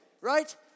Right